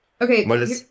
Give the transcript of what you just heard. okay